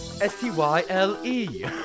s-t-y-l-e